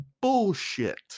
bullshit